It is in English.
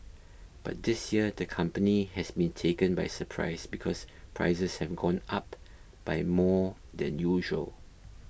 but this year the company has been taken by surprise because prices have gone up by more than usual